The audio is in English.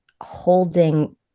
holding